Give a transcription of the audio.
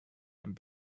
and